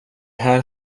här